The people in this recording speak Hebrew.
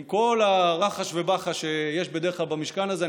עם כל הרחש ובחש שיש בדרך כלל במשכן הזה,